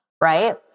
Right